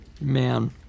man